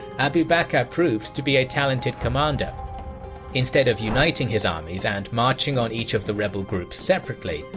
abu bakr proved to be a talented commander instead of uniting his armies and marching on each of the rebel groups separately,